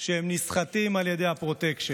שהם נסחטים על ידי הפרוטקשן.